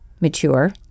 mature